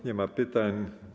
Nie ma pytań.